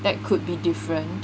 that could be different